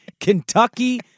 Kentucky